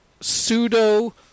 pseudo